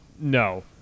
no